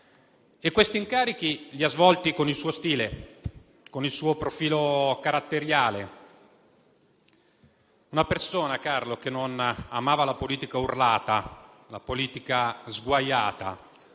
Questi incarichi li ha svolti con il suo stile, con il suo profilo caratteriale. Carlo era una persona che non amava la politica urlata, la politica sguaiata;